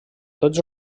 tots